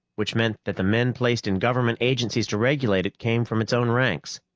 which meant that the men placed in government agencies to regulate it came from its own ranks.